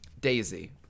Daisy